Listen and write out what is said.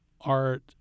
art